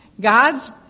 God's